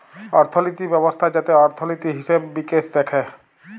অর্থলিতি ব্যবস্থা যাতে অর্থলিতি, হিসেবে মিকেশ দ্যাখে